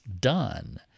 done